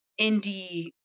indie